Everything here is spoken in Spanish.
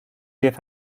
diez